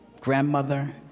grandmother